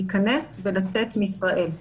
להיכנס ולצאת מישראל.